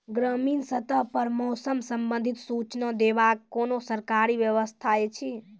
ग्रामीण स्तर पर मौसम संबंधित सूचना देवाक कुनू सरकारी व्यवस्था ऐछि?